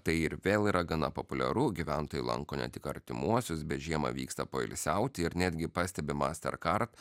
tai ir vėl yra gana populiaru gyventojai lanko ne tik artimuosius bet žiemą vyksta poilsiauti ir netgi pastebi mastercard